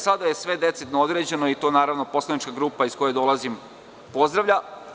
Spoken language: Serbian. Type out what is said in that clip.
Sada je sve decidno određeno, i to poslanička grupa iz koje dolazim pozdravlja.